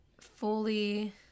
fully